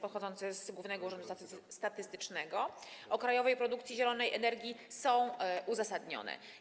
pochodzące właśnie z Głównego Urzędu Statystycznego, o krajowej produkcji zielonej energii są uzasadnione.